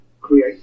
create